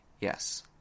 Yes